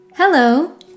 Hello